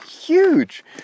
huge